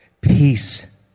peace